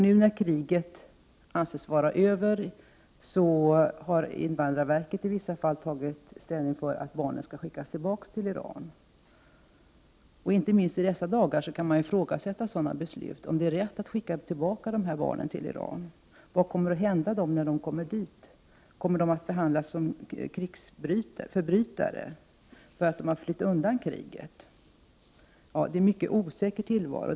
Nu när kriget anses vara över har invandrarverket i vissa fall tagit ställning för att barnen skall skickas tillbaka till Iran. Inte minst i dessa dagar kan man ifrågasätta om det är rätt att skicka tillbaka de barnen till Iran. Vad kommer att hända dem när de kommer dit? Kommer de att behandlas som krigsförbrytare därför att de flytt undan kriget? Det är en mycket osäker tillvaro.